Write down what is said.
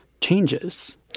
changes